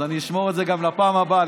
אז אני אשמור את זה גם לפעם הבאה.